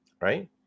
right